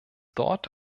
dort